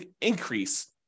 increase